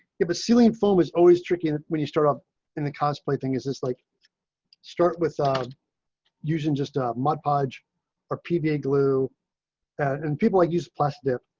give a ceiling foam is always tricky and when you start off in the cosplay thing is this like start with ah using just mod podge or pva glue and people like use plastic.